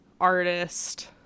artist